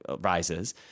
rises